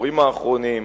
בעשורים האחרונים,